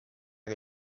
che